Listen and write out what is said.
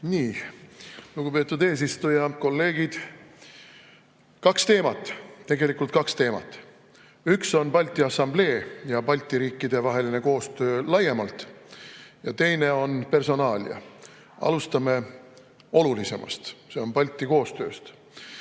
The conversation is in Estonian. Lugupeetud eesistuja! Kolleegid! Kaks teemat. Tegelikult kaks teemat. Üks on Balti Assamblee ja Balti riikide vaheline koostöö laiemalt ja teine on personaalia. Alustame olulisemast, Balti koostööst.